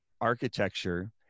architecture